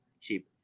cheap